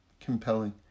compelling